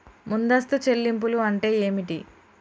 ముందస్తు చెల్లింపులు అంటే ఏమిటి?